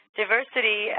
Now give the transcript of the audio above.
diversity